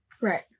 Right